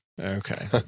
Okay